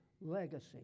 legacy